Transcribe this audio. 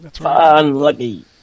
Unlucky